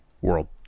world